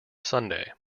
sunday